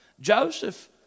Joseph